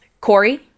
Corey